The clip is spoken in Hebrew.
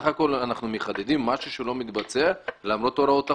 אנחנו מחדדים משהו שלא מתבצע למרות הוראות החוק.